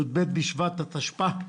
י"ב בשבט התשפ"א,